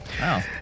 Wow